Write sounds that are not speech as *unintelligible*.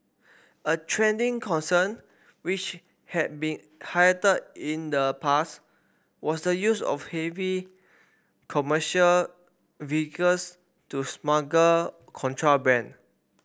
a trending concern which had been *unintelligible* in the past was the use of heavy commercial vehicles to smuggle contraband